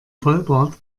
vollbart